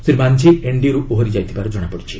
ଶ୍ରୀ ମାନ୍ଝୀ ଏନ୍ଡିଏରୁ ଓହରି ଯାଇଥିବାର ଜଣାଇଛନ୍ତି